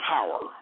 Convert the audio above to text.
Power